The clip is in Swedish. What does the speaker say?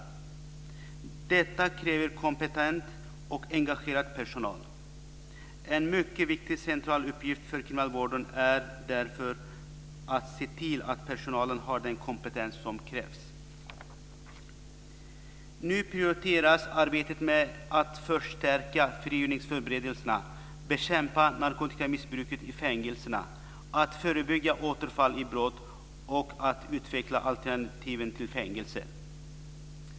Detta kräver kompetent och engagerad personal. En mycket viktig och central uppgift för kriminalvården är därför att se till att personalen har den kompetens som krävs. Nu prioriteras arbetet med att förstärka frigivningsförberedelserna, bekämpa narkotikamissbruket i fängelserna, förebygga återfall i brott och utveckla alternativen till fängelse.